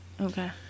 Okay